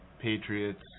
Patriots